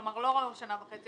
כלומר לא שנה וחצי,